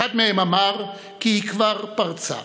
אחד מהם אמר כי היא כבר פרצה".